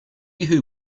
who